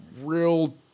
real